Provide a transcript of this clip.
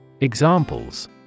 Examples